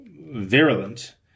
virulent